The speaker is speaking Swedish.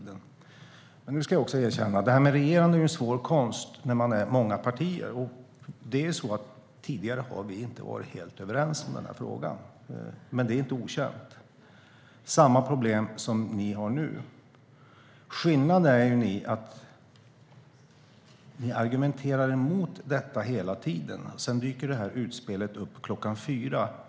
Men nu ska jag också erkänna att det här med regerande är en svår konst när man är många partier. Tidigare har vi inte varit helt överens i den här frågan. Men det är inte okänt. Det är samma problem som ni har nu. Skillnaden är att ni hela tiden argumenterar emot detta. Sedan dyker det här utspelet upp kl. 4.